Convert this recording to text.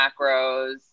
macros